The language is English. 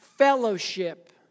Fellowship